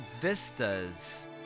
vistas